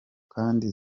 kandi